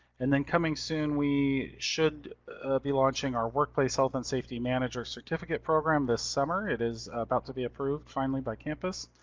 and then coming soon, we should be launching our workplace health and safety manager certificate program this summer. it is about to be approved finally by campus.